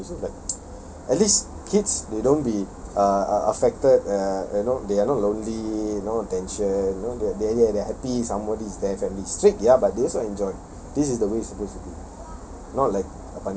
kids there also company so like at least kids they don't be uh uh affected uh you know they are not lonely you know attention you know they're they're they're happy somebody's there family strict ya but they also enjoy this is the way it's supposed to be